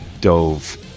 dove